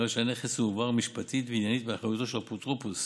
הרי שהנכס הועבר משפטית ועניינית מאחריותו של האפוטרופוס